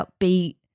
upbeat